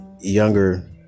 younger